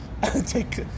take